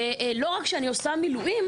שלא רק שאני עושה מילואים.